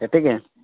ହେତ୍କି କାଏଁ